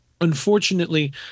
Unfortunately